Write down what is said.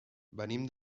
venim